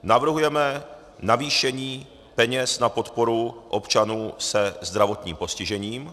Navrhujeme navýšení peněz na podporu občanů se zdravotním postižením.